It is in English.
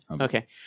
Okay